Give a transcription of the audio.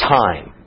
time